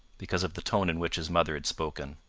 because of the tone in which his mother had spoken.